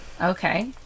Okay